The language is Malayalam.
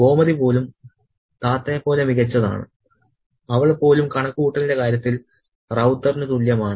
ഗോമതി പോലും താത്തയെ പോലെ മികച്ചതാണ് അവൾ പോലും കണക്കുകൂട്ടലിന്റെ കാര്യത്തിൽ റൌത്തറിന് തുല്യമാണ്